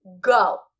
Go